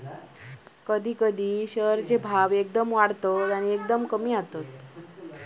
कधी कधी शेअर चे भाव एकदम वाढतत किंवा कमी होतत